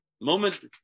moment